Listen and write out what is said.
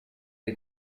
del